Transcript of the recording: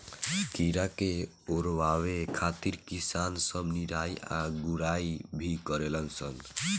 कीड़ा के ओरवावे खातिर किसान सब निराई आ गुड़ाई भी करलन सन